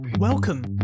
Welcome